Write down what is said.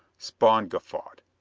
spawn guffawed.